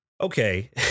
Okay